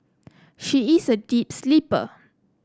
she is a deep sleeper